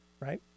right